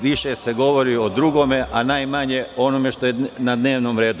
Više se govori o drugome, a najmanje o onome što je na dnevnom redu.